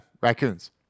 Raccoons